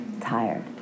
tired